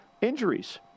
injuries